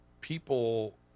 people